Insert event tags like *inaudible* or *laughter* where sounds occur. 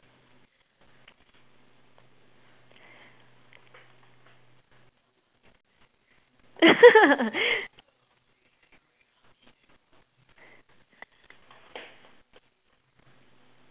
*laughs*